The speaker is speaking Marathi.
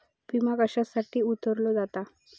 विमा कशासाठी उघडलो जाता?